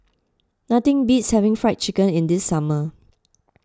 nothing beats having Fried Chicken in the summer